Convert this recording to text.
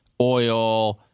oil,